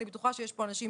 אני בטוחה שיש פה אנשים